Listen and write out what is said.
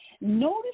Notice